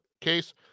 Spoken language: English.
case